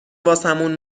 واسمون